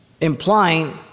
implying